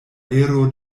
ero